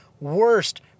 worst